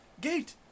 gate